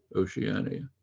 oceania,